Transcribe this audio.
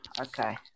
okay